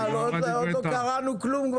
עדיין לא קראנו כלום.